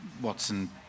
Watson